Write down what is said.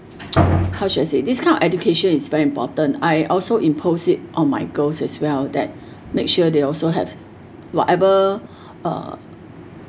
how should I say this kind of education is very important I also impose it on my girls as well that make sure they also have whatever uh